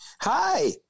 Hi